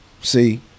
See